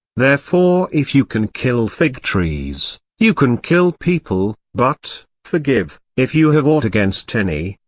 therefore if you can kill fig trees, you can kill people, but, forgive, if you have aught against any,